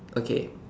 okay